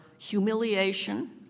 humiliation